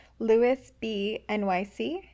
lewisbnyc